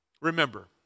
Remember